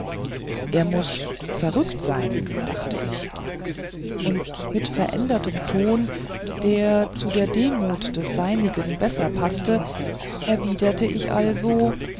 er muß verrückt sein dacht ich und mit verändertem tone der zu der demut des seinigen besser paßte erwiderte ich also